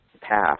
path